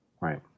Right